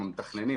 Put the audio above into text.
המתכננים,